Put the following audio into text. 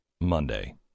Monday